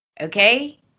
Okay